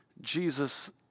Jesus